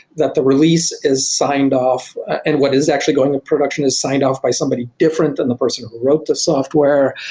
that the released is signed off and what is actually going to production is signed off by somebody different than the person who wrote the software.